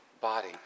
body